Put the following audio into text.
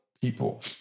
people